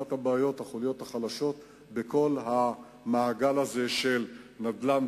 אחת החוליות החלשות בכל המעגל של נדל"ן,